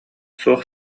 суох